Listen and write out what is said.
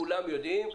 כולם יודעים,